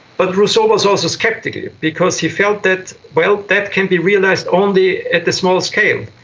but rousseau was also sceptical because he felt that, well, that can be realised only at the small scale.